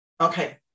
Okay